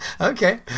Okay